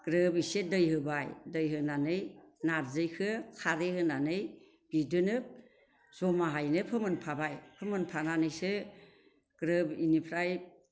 ग्रोब एसे दै होबाय दै होनानै नारजिखो खारै होनानै बिदिनो जमाहायनो फोमोनफाबाय फोमोनफानानैसो ग्रोब इनिफ्राय